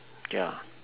ya